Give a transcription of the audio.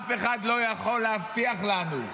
אף אחד לא יכול להבטיח לנו,